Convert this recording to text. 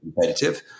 competitive